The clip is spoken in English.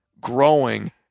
growing